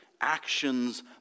actions